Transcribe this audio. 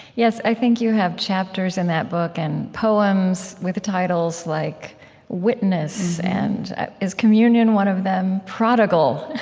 yes, i think you have chapters in that book and poems with titles like witness and is communion one of them? prodigal.